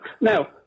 Now